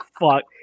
fuck